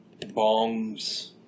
bongs